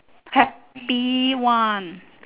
check B one